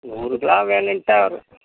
ஒரு கிலோ வேணுன்ட்டா ஒரு